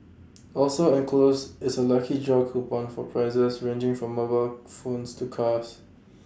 also enclosed is A lucky draw coupon for prizes ranging from mobile phones to cars